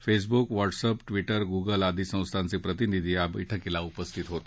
Facebook WhatsApp Twitter Google आदि संस्थांचे प्रतिनिधी या बैठकीला उपस्थित होते